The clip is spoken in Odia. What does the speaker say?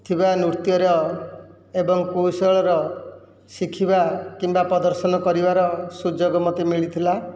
ଥିବା ନୃତ୍ୟର ଏବଂ କୌଶଳର ଶିଖିବା କିମ୍ବା ପ୍ରଦର୍ଶନ କରିବାର ସୁଯୋଗ ମୋତେ ମିଳିଥିଲା